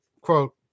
quote